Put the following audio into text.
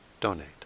donate